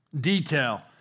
detail